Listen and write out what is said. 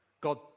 God